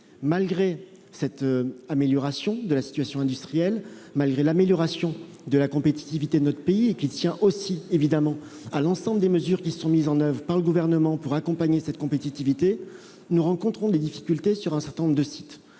Malgré l'amélioration de la situation industrielle et de la compétitivité de notre pays, qui tient aussi évidemment à l'ensemble des mesures mises en oeuvre par le Gouvernement pour accompagner cette compétitivité, nous rencontrons des difficultés sur un certain nombre de sites.